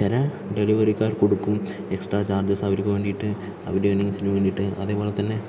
ചില ഡെലിവറിക്കാർക്ക് കൊടുക്കും എക്സ്ട്രാ ചാർജെസ് അവർക്ക് വേണ്ടിയിട്ട് അവരുടെ ഏണിങ്സിന് വേണ്ടീട്ട് അതേപോലെത്തന്നെ